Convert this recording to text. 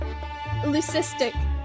Leucistic